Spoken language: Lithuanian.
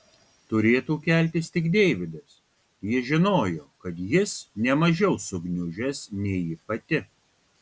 turėtų keltis tik deividas ji žinojo kad jis ne mažiau sugniužęs nei ji pati